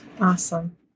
Awesome